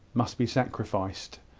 must be sacrificed.